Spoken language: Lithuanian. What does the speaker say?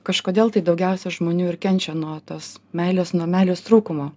kažkodėl tai daugiausia žmonių ir kenčia nuo tos meilės nuo meilės trūkumo